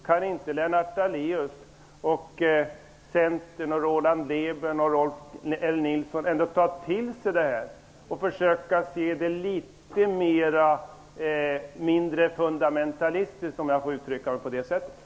Kan inte Lennart Daléus, Centern, Roland Lében och Rolf L Nilson ändå ta till sig detta och försöka se det litet mindre fundamentalistiskt, om jag får uttrycka det så?